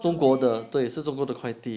中国的对是中国的块递